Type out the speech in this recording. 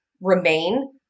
remain